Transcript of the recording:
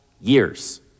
years